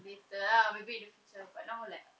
later ah maybe in the future but now leh